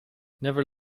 never